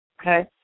okay